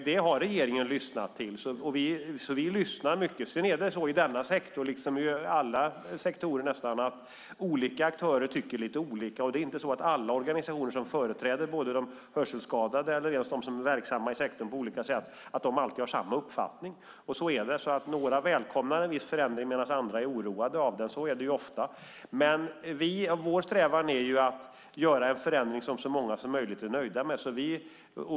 Det har regeringen lyssnat till - vi lyssnar mycket. Sedan är det så, i denna sektor liksom i nästan alla sektorer, att olika aktörer tycker lite olika. Det är inte så att alla organisationer som företräder de hörselskadade eller ens de som är verksamma i sektorn på olika sätt alltid har samma uppfattning. Några välkomnar en viss förändring medan andra är oroade av den - så är det ofta. Vår strävan är att göra en förändring som så många som möjligt är nöjda med.